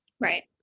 Right